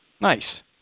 Nice